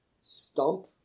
stump